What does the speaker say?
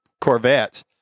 Corvettes